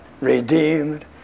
redeemed